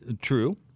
True